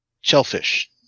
shellfish